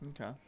Okay